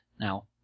Now